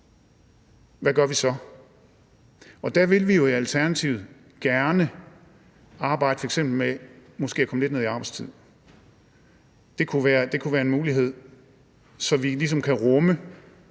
hvad gør vi så? Og der vil vi jo i Alternativet f.eks. gerne arbejde med måske at komme lidt ned i arbejdstid. Det kunne være en mulighed, så vi ligesom